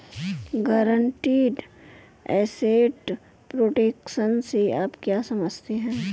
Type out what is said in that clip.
Guaranteed asset protection से आप क्या समझते हैं?